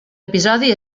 episodi